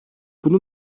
bunu